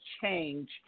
change